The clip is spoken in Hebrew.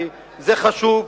וזה חשוב.